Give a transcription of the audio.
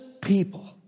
people